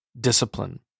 discipline